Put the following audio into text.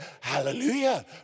hallelujah